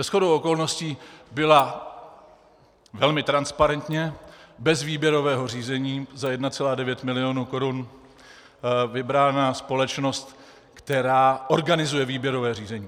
Shodou okolností byla velmi transparentně bez výběrového řízení za 1,9 mil. korun vybrána společnost, která organizuje výběrové řízení.